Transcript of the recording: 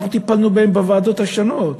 אנחנו טיפלנו בהן בוועדות השונות,